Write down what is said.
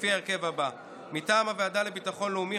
בהרכב הבא: מטעם הוועדה לביטחון לאומי,